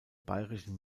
bayerischen